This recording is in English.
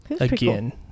Again